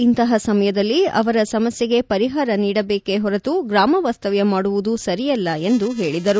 ಇಂತಹ ಸಮಯದಲ್ಲಿ ಅವರ ಸಮಸ್ಯೆಗೆ ಪರಿಹಾರ ನೀಡಬೇಕೇ ಹೊರತು ಗ್ರಾಮ ವಾಸ್ತವ್ಯ ಮಾಡುವುದು ಸರಿಯಲ್ಲ ಎಂದು ಹೇಳಿದರು